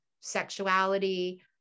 sexuality